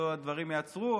הדברים ייעצרו,